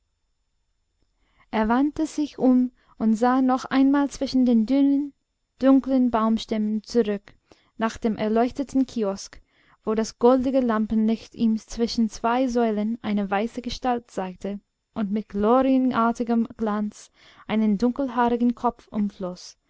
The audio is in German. er wandte sich um und sah noch einmal zwischen den dünnen dunklen baumstämmen zurück nach dem erleuchteten kiosk wo das goldige lampenlicht ihm zwischen zwei säulen eine weiße gestalt zeigte und mit glorienartigem glanz einen dunkelhaarigen kopf